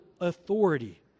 authority